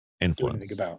influence